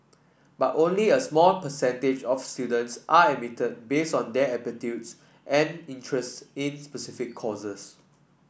but only a small percentage of students are admitted based on their aptitude and interest in specific courses